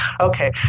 okay